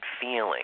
feeling